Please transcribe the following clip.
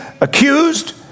accused